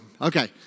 Okay